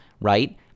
right